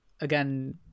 again